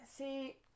See